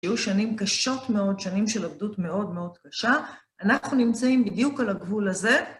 יהיו שנים קשות מאוד, שנים של עבדות מאוד מאוד קשה. אנחנו נמצאים בדיוק על הגבול הזה.